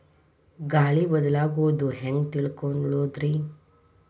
ಗಾಳಿ ಬದಲಾಗೊದು ಹ್ಯಾಂಗ್ ತಿಳ್ಕೋಳೊದ್ರೇ?